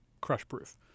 crush-proof